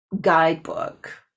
guidebook